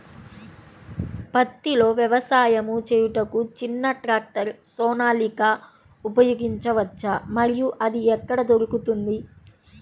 పత్తిలో వ్యవసాయము చేయుటకు చిన్న ట్రాక్టర్ సోనాలిక ఉపయోగించవచ్చా మరియు అది ఎక్కడ దొరుకుతుంది?